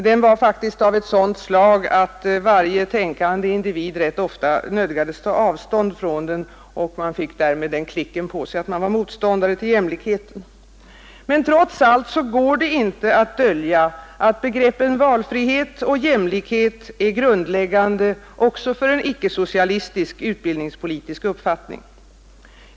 Den var av ett sådant slag att varje tänkande individ nödgades ta avstånd från den och därmed fick klicken på sig att vara motståndare till jämlikhet. Men trots allt går det inte att dölja att begreppen valfrihet och jämlikhet är grundläggande också för en icke-socialistisk utbildningspolitisk uppfattning.